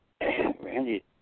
Randy